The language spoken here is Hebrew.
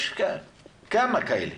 יש כמה כאלה